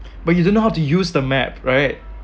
but you don't know how to use the map right